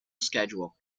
schedule